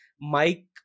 Mike